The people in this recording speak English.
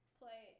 play